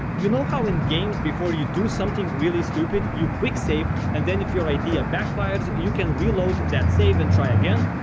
you know how in games before you do something really stupid you quick save and then if your idea backfires you can reload that save and try again?